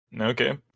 Okay